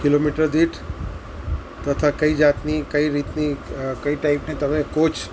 kilometre દીઠ તથા કઈ જાતની કઈ રીતની કઈ ટાઈપની તમે કોચ